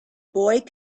boy